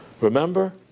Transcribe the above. Remember